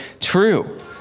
true